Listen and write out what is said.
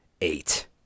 eight